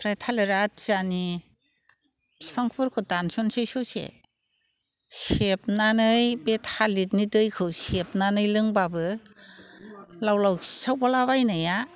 आफ्राय थालिर आथियानि बिफांफोरखौ दानस'न्सै ससे सेबनानै बे थालिरनि दैखौ सेबनानै लोंब्लाबो लाव लाव खिसावला बायनाया